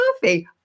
coffee